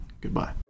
goodbye